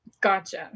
Gotcha